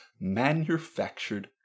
manufactured